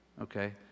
okay